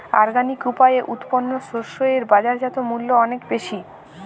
organic উপায়ে উৎপন্ন শস্য এর বাজারজাত মূল্য অনেক বেশি